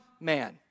man